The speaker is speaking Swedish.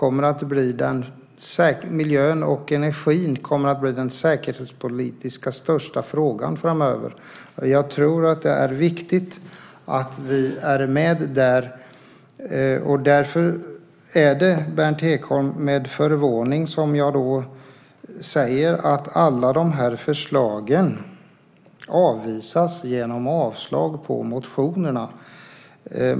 Miljön och energin kommer att bli den största säkerhetspolitiska frågan framöver. Jag tror att det är viktigt att vi är med där. Därför är det, Berndt Ekholm, med förvåning som jag ser att alla dessa förslag avvisas genom avslag på motionerna.